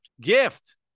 Gift